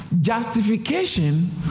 justification